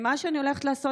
מה שאני הולכת לעשות,